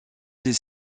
des